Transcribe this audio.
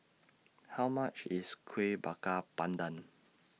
How much IS Kuih Bakar Pandan